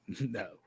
No